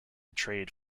trade